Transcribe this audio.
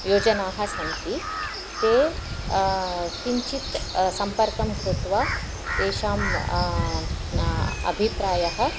योजनाः सन्ति ते किञ्चित् सम्पर्कं कृत्वा तेषाम् अभिप्रायः